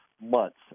months